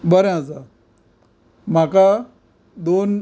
बरें आसा म्हाका दोन